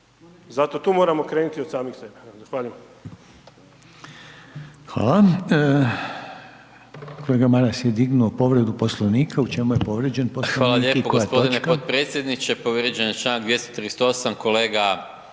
zato tu moramo krenuti od samih sebe. Zahvaljujem.